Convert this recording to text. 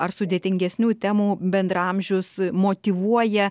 ar sudėtingesnių temų bendraamžius motyvuoja